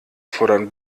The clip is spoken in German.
fordern